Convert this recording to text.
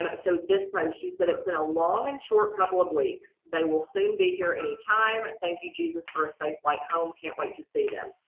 but so this makes you said it's been a long and short couple of weeks. they will soon be here any time. thank you jesus for a safe flight home. can't wait to see them.